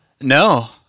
No